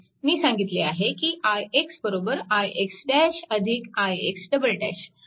मी सांगितले आहे की ix ix ix